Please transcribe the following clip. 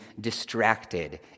distracted